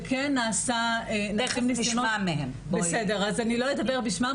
אני לא אדבר בשמם,